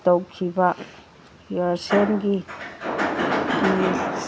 ꯇꯧꯈꯤꯕ ꯏꯌꯥꯔꯁꯦꯜꯒꯤ